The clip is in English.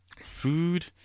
food